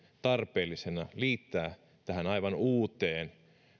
tarpeellisena liittää tähän aivan uuteen